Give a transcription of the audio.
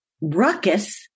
ruckus